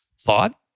thought